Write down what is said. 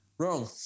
Wrong